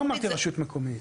לא אמרתי הרשות המקומית.